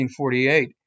1948